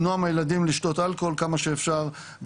למנוע מהילדים לשתות אלכוהול כמה שאפשר,